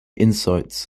insights